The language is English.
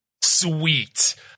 sweet